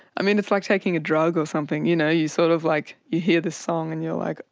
i mean it's like taking a drug or something, you know you sort of like you hear this song and you're like,